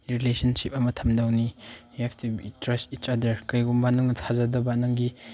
relationship ꯑꯃ ꯊꯝꯗꯧꯅꯤ you have to be trust each other ꯀꯔꯤꯒꯨꯝꯕ ꯅꯪꯅ ꯊꯥꯖꯗꯕ ꯅꯪꯒꯤ